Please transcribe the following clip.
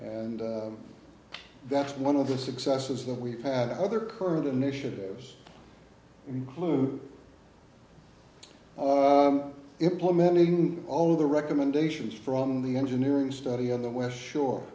and that's one of the successes that we've had other current initiatives include implementing all the recommendations from the engineering study of the west shore